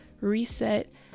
reset